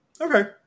Okay